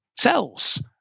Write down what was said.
cells